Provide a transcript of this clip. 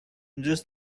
just